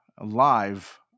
live